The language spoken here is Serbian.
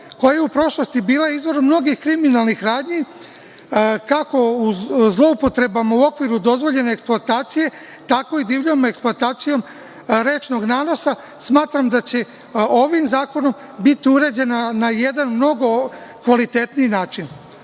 koja je u prošlosti bila izvor mnogih kriminalnih radnji, kako zloupotrebama u okviru dozvoljene eksploatacije, tako i divljom eksploatacijom rečnog nanosa, smatram da će ovim zakonom biti uređena na jedan mnogo kvalitetniji način.